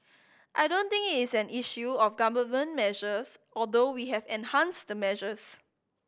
I don't think it is an issue of Government measures although we have enhanced the measures